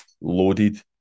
loaded